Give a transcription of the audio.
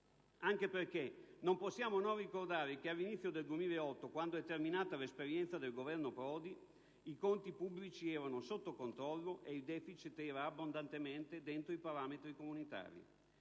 Del resto, non possiamo non ricordare che, all'inizio del 2008, quando è terminata l'esperienza del Governo Prodi, i conti pubblici erano sotto controllo e il *deficit* era abbondantemente dentro i parametri comunitari.